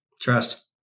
Trust